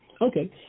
Okay